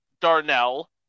Darnell